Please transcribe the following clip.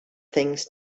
things